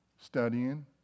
studying